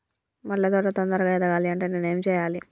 మల్లె తోట తొందరగా ఎదగాలి అంటే నేను ఏం చేయాలి?